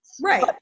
Right